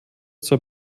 zur